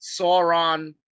Sauron